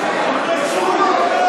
תתביישו.